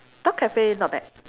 dog cafe not bad